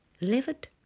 Livid